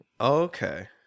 Okay